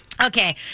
Okay